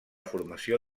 formació